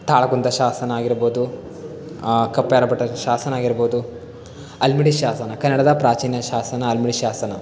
ತಾಳಗುಂದ ಶಾಸನ ಆಗಿರಬೋದು ಕಪ್ಪೆಅರಭಟ್ಟ ಶಾಸನ ಆಗಿರ್ಬೋದು ಹಲ್ಮಿಡಿ ಶಾಸನ ಕನ್ನಡದ ಪ್ರಾಚೀನ ಶಾಸನ ಹಲ್ಮಿಡಿ ಶಾಸನ